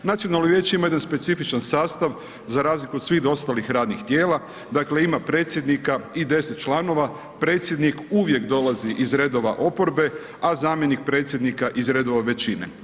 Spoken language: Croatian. Nacionalno vijeće ima jedan specifičan sastav za razliku od svih ostalih radnih tijela, dakle ima predsjednika i 10 članova, predsjednik uvijek dolazi iz redova oporbe a zamjenik predsjednika iz redova većine.